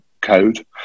code